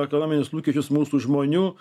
ekonominius lūkesčius mūsų žmonių